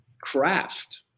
craft